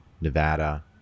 Nevada